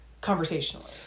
conversationally